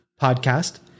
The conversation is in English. podcast